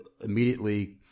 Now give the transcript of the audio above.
immediately